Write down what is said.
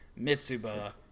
Mitsuba